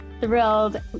thrilled